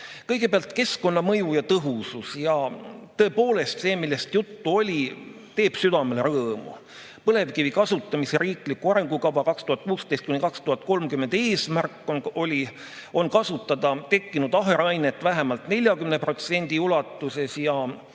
Kõigepealt keskkonnamõju ja tõhusus. Tõepoolest, see, millest juttu oli, teeb südamele rõõmu. "Põlevkivi kasutamise riikliku arengukava 2016–2030" eesmärk on kasutada tekkinud aherainet vähemalt 40% ulatuses ja